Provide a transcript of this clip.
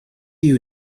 you